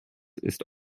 ist